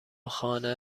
خانه